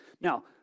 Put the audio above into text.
now